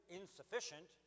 insufficient